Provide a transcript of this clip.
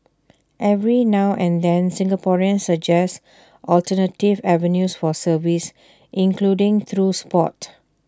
every now and then Singaporeans suggest alternative avenues for service including through Sport